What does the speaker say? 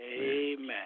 Amen